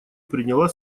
приняла